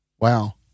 Wow